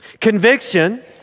Conviction